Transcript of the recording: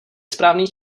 správný